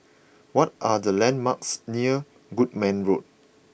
what are the landmarks near Goodman Road